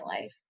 life